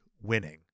winning